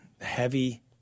heavy –